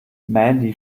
mandy